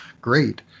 great